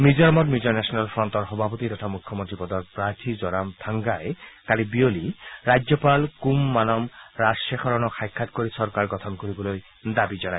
মিজোৰামত মিজো নেচনেল ফ্ৰণ্টৰ সভাপতি তথা মুখ্যমন্ত্ৰী পদৰ প্ৰাৰ্থী জৰাম থাংগাই কালি বিয়লি ৰাজ্যপাল কম মানম ৰাজধেখৰণক সাক্ষাৎ কৰি চৰকাৰ গঠন কৰিবলৈ দাবী জনায়